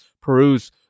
Peru's